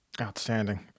Outstanding